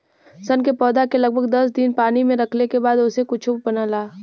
सन के पौधा के लगभग दस दिन पानी में रखले के बाद ओसे कुछो बनला